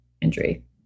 injury